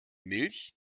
milch